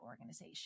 organization